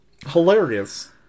Hilarious